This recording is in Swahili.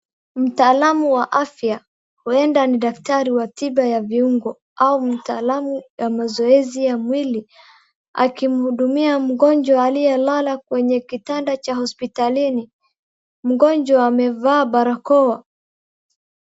Mtaalamu wa afya huenda ni daktari wa tiba wa viungo au mtaalamu wa mazoezi ya mwili akimhudumia mgonjwa liyelala kwenye kitanda cha hospitalini. Mgonjwa amevaa barakoa.